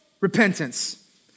repentance